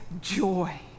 joy